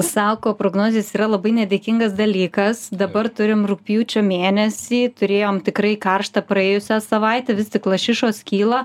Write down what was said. sako prognozės yra labai nedėkingas dalykas dabar turim rugpjūčio mėnesį turėjom tikrai karštą praėjusią savaitę vis tik lašišos kyla